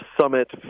summit